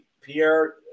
Pierre